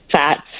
fats